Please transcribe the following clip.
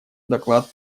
доклад